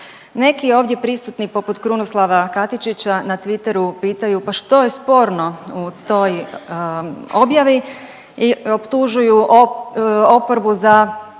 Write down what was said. Neki ovdje prisutni poput Krunoslava Katičića na Twitteru pitaju pa što je sporno u toj objavi i optužuju oporbu za